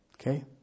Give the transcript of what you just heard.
Okay